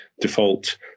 default